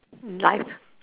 in life